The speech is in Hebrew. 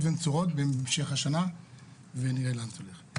ונצורות במשך השנה ונראה לאן זה הולך.